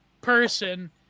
person